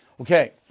Okay